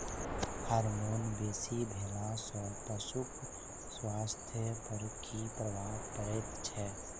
Hormone बेसी भेला सॅ पशुक स्वास्थ्य पर की प्रभाव पड़ैत छै?